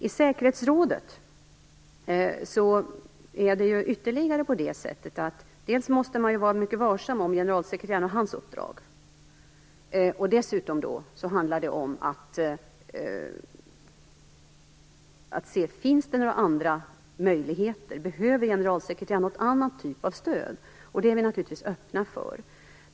I säkerhetsrådet måste man vara mycket varsam vad gäller generalsekreteraren och hans uppdrag. Dessutom handlar det om att undersöka om det finns några andra möjligheter. Behöver generalsekreteraren någon annan typ av stöd? Det är vi naturligtvis öppna för.